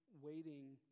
waiting